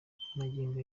magingo